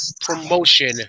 promotion